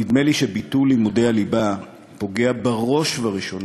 נדמה לי שביטול לימודי הליבה פוגע בראש וראשונה,